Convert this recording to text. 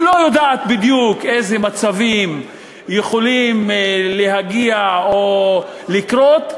היא לא יודעת בדיוק איזה מצבים יכולים להגיע או לקרות,